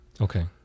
Okay